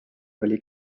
oli